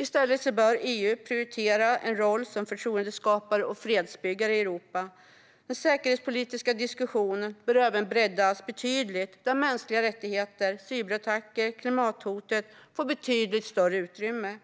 I stället bör EU prioritera en roll som förtroendeskapare och fredsbyggare i Europa. Den säkerhetspolitiska diskussionen bör även breddas betydligt, där mänskliga rättigheter, cyberattacker och klimathot får betydligt större utrymme.